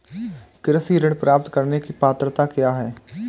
कृषि ऋण प्राप्त करने की पात्रता क्या है?